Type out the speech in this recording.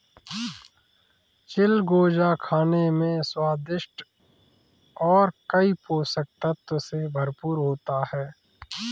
चिलगोजा खाने में स्वादिष्ट और कई पोषक तत्व से भरपूर होता है